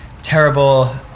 terrible